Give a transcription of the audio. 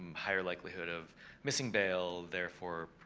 um higher likelihood of missing bail. therefore,